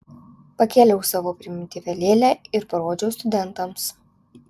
pakėliau savo primityvią lėlę ir parodžiau studentams